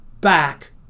back